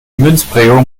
münzprägung